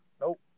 Nope